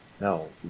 no